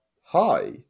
hi